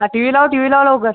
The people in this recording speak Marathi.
हा टी वी लाव टी वी लाव लवकर